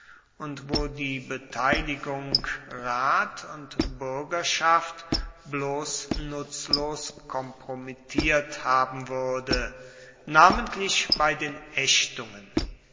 und wo die beteiligung rat und bürgerschaft bloß nutzlos kompromittiert haben würde namentlich bei den ächtungen